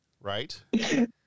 Right